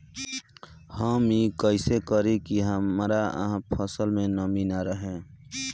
हम ई कइसे करी की हमार फसल में नमी ना रहे?